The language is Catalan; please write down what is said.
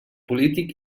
polític